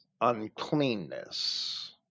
uncleanness